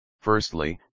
firstly